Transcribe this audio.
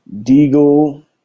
Deagle